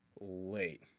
late